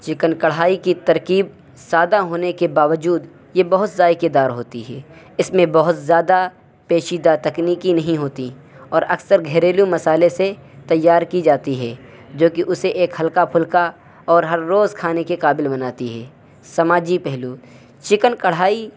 chicken karahi کی ترکیب سادہ ہونے کے باوجود یہ بہت ذائقے دار ہوتی ہے اس میں بہت زیادہ پیچیدہ تکنیکی نہیں ہوتی اور اکثر گھریلو مسالے سے تیار کی جاتی ہے جو کہ اسے ایک ہلکا پھلکا اور ہر روز کھانے کے قابل بناتی ہے سماجی پہلو چکن کڑھائی